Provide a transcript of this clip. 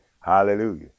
hallelujah